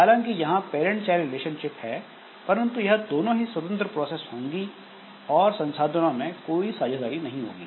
हालांकि यहां parent child relationship है परंतु यह दोनों ही स्वतंत्र प्रोसेस होंगी और संसाधनों में कोई साझेदारी नहीं होगी